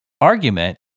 argument